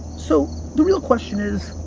so, the real question is